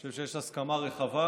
אני חושב שיש הסכמה רחבה.